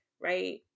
right